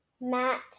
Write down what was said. Matt